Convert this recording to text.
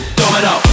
domino